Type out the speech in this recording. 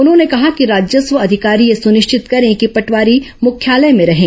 उन्होंने कहा कि राजस्व अधिकारी यह सुनिश्चित करें कि पटवारी मुख्यालय में रहें